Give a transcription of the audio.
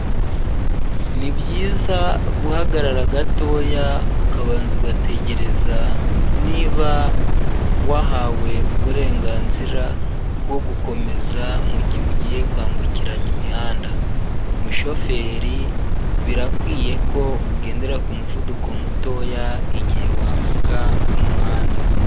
Ni byiza guhagarara gatoya, ukabanza ugategereza niba wahawe uburenganzira bwo gukomeza mugihe ugiye kwambukiranya imihanda, mushoferi birakwiye ko ugendera ku muvuduko mutoya, igihe wambuka umuhanda.